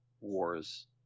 wars